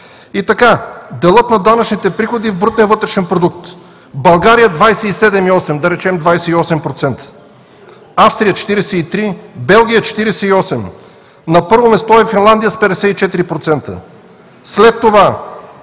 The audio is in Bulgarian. И така, делът на данъчните приходи в брутния вътрешен продукт: в България – 27,8%, да речем 28%, в Австрия – 43%, в Белгия – 48%. На първо място е Финландия с 54%, след това